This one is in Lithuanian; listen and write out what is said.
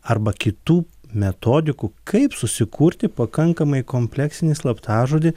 arba kitų metodikų kaip susikurti pakankamai kompleksinį slaptažodį